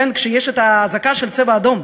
כשיש אזעקה של "צבע אדום",